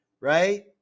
right